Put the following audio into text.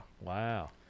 Wow